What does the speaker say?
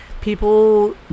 people